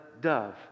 dove